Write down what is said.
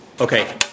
Okay